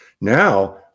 Now